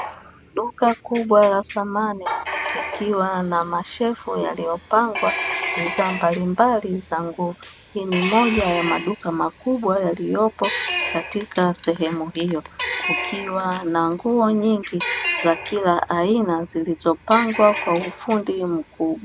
Duka kubwa la thamani likiwa na mashelfu yaliyopangwa bidhaa mbalimbali za nguo. Hii ni moja ya maduka makubwa yaliyopo katika sehemu hiyo, kukiwa na nguo nyingi za kila aina zilizopangwa kwa ufundi mkubwa.